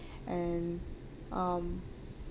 and um